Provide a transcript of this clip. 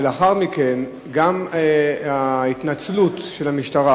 ולאחר מכן גם ההתנצלות של המשטרה,